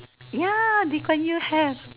ya Lee-Kuan-Yew have